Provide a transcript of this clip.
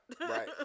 Right